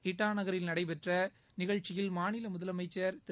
இட்டா நகரில் நடைபெற்ற நிகழ்ச்சியில் மாநில முதலமைச்சர் திரு